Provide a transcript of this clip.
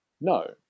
no